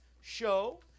show